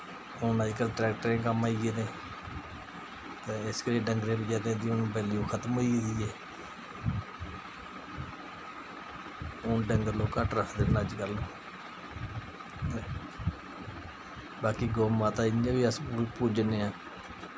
हून अज्जकल ट्रैक्टरें दे कम्म आई गेदे ते इस करी डंगरें बचैरें दी हून वैल्यू खतम होई गेदी ऐ हून डंगर लोक घट्ट रखदे न अज्ज कल ते बाकी गौ माता गी इ'यां बी अस पूजने आं